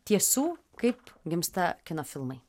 tiesų kaip gimsta kino filmai